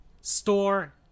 store